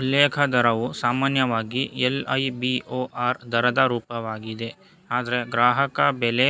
ಉಲ್ಲೇಖ ದರವು ಸಾಮಾನ್ಯವಾಗಿ ಎಲ್.ಐ.ಬಿ.ಓ.ಆರ್ ದರದ ರೂಪವಾಗಿದೆ ಆದ್ರೆ ಗ್ರಾಹಕಬೆಲೆ